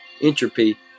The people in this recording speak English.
entropy